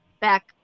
back